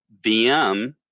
VM